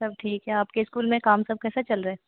सब ठीक है आपके इस्कूल में काम सब कैसा चल रहा है